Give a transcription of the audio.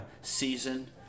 season